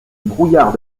brouillard